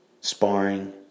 sparring